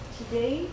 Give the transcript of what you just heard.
today